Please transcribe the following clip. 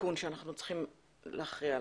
התיקון עליו אנחנו צריכים להכריע היום.